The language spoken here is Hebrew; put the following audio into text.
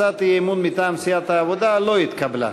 הצעת האי-אמון מטעם סיעת העבודה לא התקבלה.